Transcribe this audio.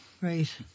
Right